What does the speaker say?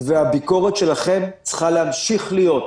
והביקורת שלכם צריכה להמשיך להיות,